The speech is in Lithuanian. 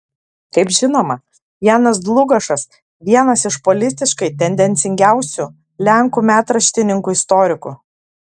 kaip žinoma janas dlugošas vienas iš politiškai tendencingiausių lenkų metraštininkų istorikų